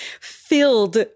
filled